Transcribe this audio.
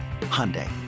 Hyundai